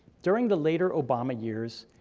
during the later obama years,